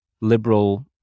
liberal